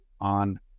on